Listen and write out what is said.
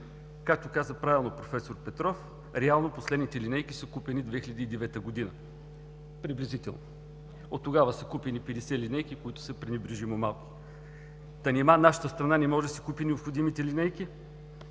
Както каза правилно проф. Петров, реално последните линейки са купени 2009 г., приблизително. Оттогава са купени 50 линейки, които са пренебрежимо малко. Та нима нашата страна не може да си купи необходимите линейки?!